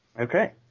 Okay